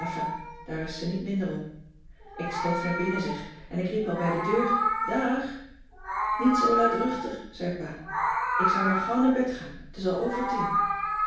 daar is ze niet minder om ik stoof naar binnen zeg en ik riep al bij de de deur dààg niet zoo luidruchtig zei pa ik zou maar gauw naar bed gaan t is al over tien